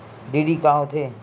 DD का होथे?